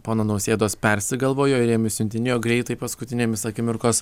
pono nausėdos persigalvojo ir jiem išsiuntinėjo greitai paskutinėmis akimirkos